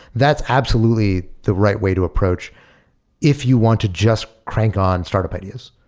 that's absolutely the right way to approach if you want to just crank on startup ideas.